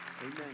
Amen